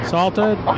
Salted